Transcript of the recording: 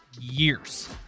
years